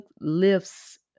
lifts